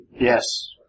yes